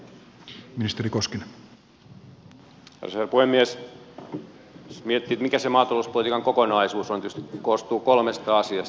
jos miettii mikä se maatalouspolitiikan kokonaisuus on tietysti se koostuu kolmesta asiasta